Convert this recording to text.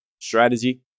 strategy